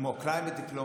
כמו Climate Diplomacy,